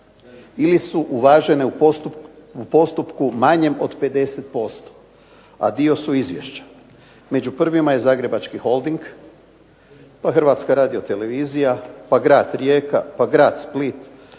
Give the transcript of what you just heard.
ili su uvažene u postupku manjem od 50%, a dio su izvješća. Među prvima je Zagrebački holding, pa Hrvatska radiotelevizija, pa Grad Rijeka, pa Grad Split,